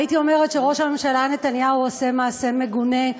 הייתי אומרת שראש הממשלה נתניהו עושה מעשה מגונה,